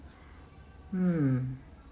mm